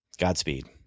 Godspeed